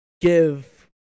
give